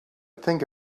think